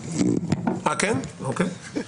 בסדר.